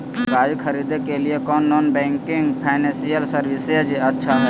गाड़ी खरीदे के लिए कौन नॉन बैंकिंग फाइनेंशियल सर्विसेज अच्छा है?